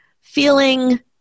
feeling